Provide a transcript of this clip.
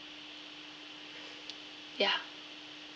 ya